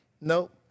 nope